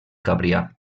cambrià